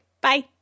Bye